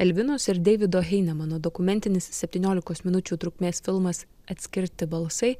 albinos ir deivido heinemano dokumentinis septyniolikos minučių trukmės filmas atskirti balsai